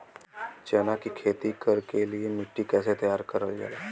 चना की खेती कर के लिए मिट्टी कैसे तैयार करें जाला?